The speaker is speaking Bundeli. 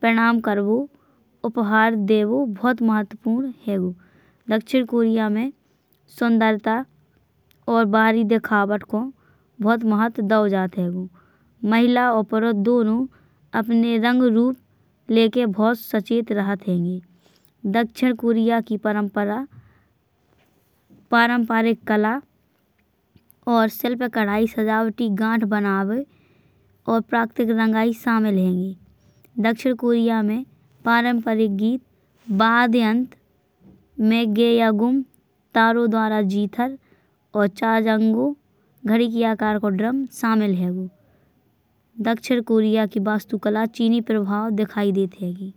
प्रणाम करना और उपहार देना बहुत महत्वपूर्ण है। दक्षिण कोरिया में सुंदरता और बाहरी दिखावट को बहुत महत्व दिया जाता है। महिला और पुरुष दोनों अपने रंग रूप लेकर बहुत सचेत रहते हैं। दक्षिण कोरिया की परंपरा पारंपरिक कला। और शिल्पकला सजावटी गाँठें बनवाना और प्राकृतिक रंगाई शामिल है। दक्षिण कोरिया में पारंपरिक गीत वाद्य यंत्र में गायकों द्वारा जीथल। और चारजंगो घड़ी के आकार का ड्रम शामिल है। दक्षिण कोरिया की वास्तुकला चीनी प्रभाव दिखायी देता है।